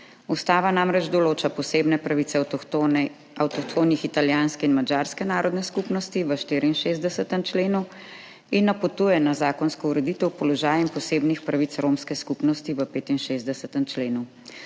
Ustava namreč določa posebne pravice avtohtonih italijanske in madžarske narodne skupnosti v 64. členu in napotuje na zakonsko ureditev položaja in posebnih pravic romske skupnosti v 65. členu.